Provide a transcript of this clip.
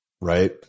right